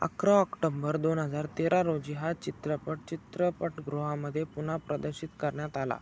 अकरा ऑक्टोंबर दोन हजार तेरा रोजी हा चित्रपट चित्रपटगृहांमध्ये पुन्हा प्रदर्शित करण्यात आला